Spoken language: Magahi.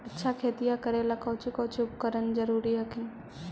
अच्छा खेतिया करे ला कौची कौची उपकरण जरूरी हखिन?